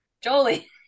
Jolie